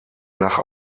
nach